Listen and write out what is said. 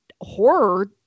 horror